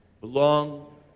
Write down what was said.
belong